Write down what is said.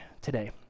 today